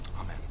Amen